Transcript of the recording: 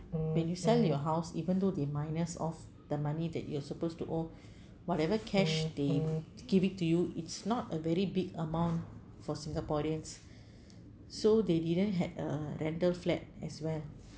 when you sell your house even though they minus off the money that you are supposed to owe whatever cash they give it to you it's not a very big amount for singaporeans so they didn't had a rental flat as well